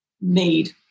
need